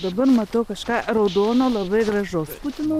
dabar matau kažką raudono labai gražaus putino